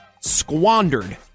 squandered